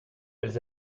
elles